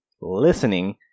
listening